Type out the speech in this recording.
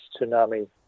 tsunami